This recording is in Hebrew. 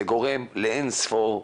זה גורם לאין ספור בעיות.